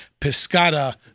Piscata